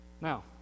Now